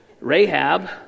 Rahab